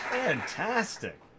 Fantastic